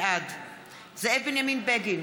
בעד זאב בנימין בגין,